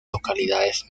localidades